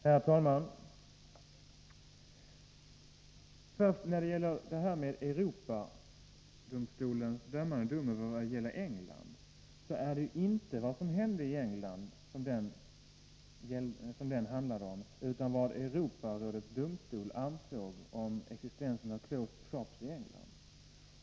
Herr talman! När det först gäller Europadomstolens fällande dom i fallet i England, handlade den inte om vad som hände i England utan vad Europarådets domstol ansåg om existensen av ”closed shops” i England.